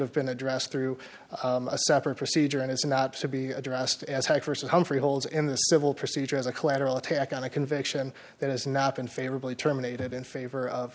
have been addressed through a separate procedure and is not to be addressed as had st humphrey holes in the civil procedure as a collateral attack on a conviction that has not been favorably terminated in favor of